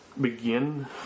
begin